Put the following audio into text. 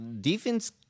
defense